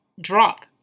drop